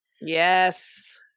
Yes